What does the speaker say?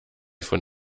von